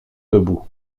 debout